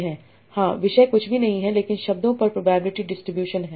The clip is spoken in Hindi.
हाँ विषय कुछ भी नहीं हैं लेकिन शब्दों पर प्रोबेबिलिटी डिस्ट्रीब्यूशन है